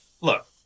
Look